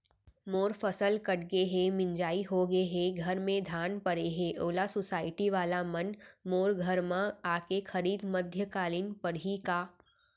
मोर फसल कट गे हे, मिंजाई हो गे हे, घर में धान परे हे, ओला सुसायटी वाला मन मोर घर म आके खरीद मध्यकालीन पड़ही का?